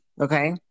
Okay